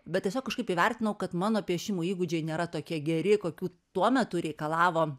bet tiesiog kažkaip įvertinau kad mano piešimų įgūdžiai nėra tokie geri kokių tuo metu reikalavo